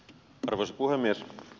arvoisa puhemies